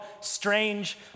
strange